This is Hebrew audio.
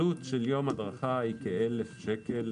עלות של יום הדרכה היא כ-1,000 שקל.